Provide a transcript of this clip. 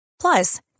Plus